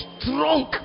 strong